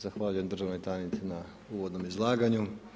Zahvaljujem državnoj tajnici na uvodnom izlaganju.